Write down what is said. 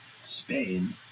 Spain